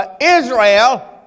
Israel